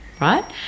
right